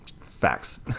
Facts